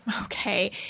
Okay